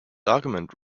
argument